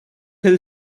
hill